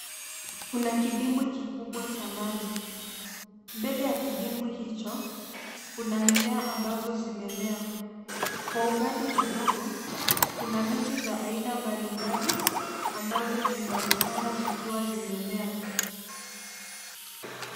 Kuna kidimbwi kikubwa cha maji. Mbele ya kidimbwi hicho, kuna mimea ambazo zimemea. Kwa umbali kidogo, kuna miti za aina mbalimbali ambazo zinaonekana zikiwa zimemea.